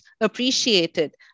appreciated